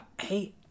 Hey